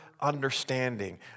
understanding